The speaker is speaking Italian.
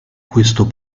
questo